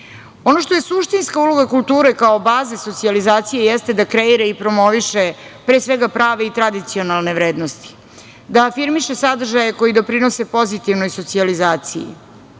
što je suštinska uloga kulture kao baze socijalizacije jeste da kreira i promoviše prave i tradicionalne vrednosti, da afirmiše sadržaje koji doprinose pozitivnoj socijalizaciji,